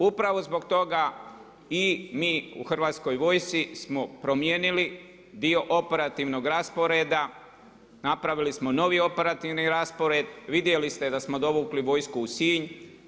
Upravo zbog toga i mi u Hrvatskoj vojsci smo promijenili dio operativnog rasporeda, napravili smo novi operativni raspored, vidjeli ste da smo dovukli vojsku u Sinj.